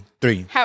Three